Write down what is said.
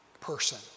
person